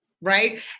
right